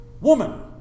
woman